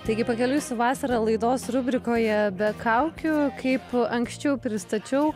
taigi pakeliui su vasara laidos rubrikoje be kaukių kaip anksčiau pristačiau